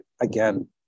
again